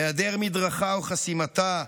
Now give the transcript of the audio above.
היעדר מדרכה או חסימתה,